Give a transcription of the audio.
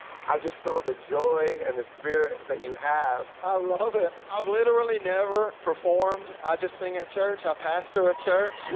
i just saw the joy and the spirit that you have. i love it. i've literally never performed. i just sing at church. i pastor a church.